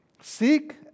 Seek